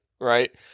right